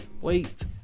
Wait